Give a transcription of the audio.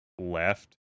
left